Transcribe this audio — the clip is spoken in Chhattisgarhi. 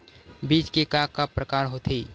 बीज के का का प्रकार होथे?